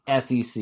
SEC